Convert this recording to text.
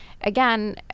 again